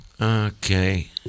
Okay